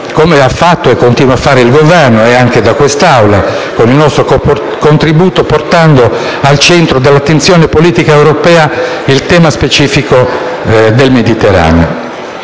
come ha fatto e continua a fare il Governo, e anche questa Assemblea con il proprio contributo, portando al centro dell'attenzione della politica europea il tema specifico del Mediterraneo.